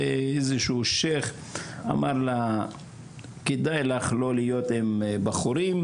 ואיזה שהוא שייח' אמר לה כדאי לך לא להיות עם בחורים,